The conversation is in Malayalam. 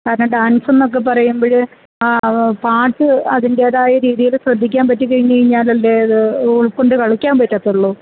കാരണം ഡാൻസെന്നൊക്കെ പറയുമ്പോള് ആ പാട്ട് അതിൻ്റെതായ രീതിയില് ശ്രദ്ധിക്കാൻ പറ്റിക്കഴിഞ്ഞുകഴിഞ്ഞാലല്ലേ അത് ഉൾക്കൊണ്ടു കളിക്കാൻ പറ്റത്തുള്ളൂ